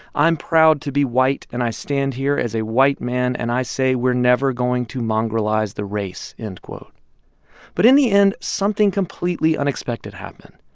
i'm proud to be white. and i stand here as a white man, and i say we're never going to mongrelize the race, end quote but in the end, something completely unexpected happened.